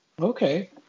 okay